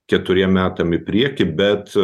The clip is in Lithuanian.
keturiem metam į priekį bet